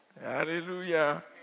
Hallelujah